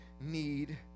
need